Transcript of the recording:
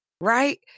right